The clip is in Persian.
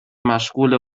مشغوله